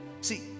See